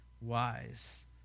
wise